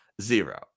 Zero